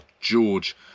George